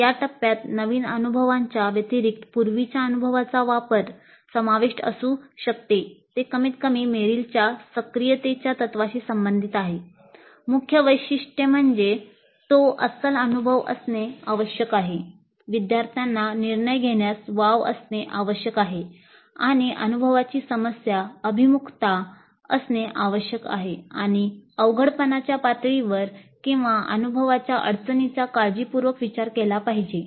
या टप्प्यात नवीन अनुभवाच्या व्यतिरीक्त पूर्वीच्या अनुभवाचा वापर असणे आवश्यक आहे आणि अवघडपणाच्या पातळीवर किंवा अनुभवाच्या अडचणीचा काळजीपूर्वक विचार केला पाहिजे